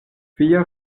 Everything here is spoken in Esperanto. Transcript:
via